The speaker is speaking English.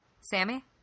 Sammy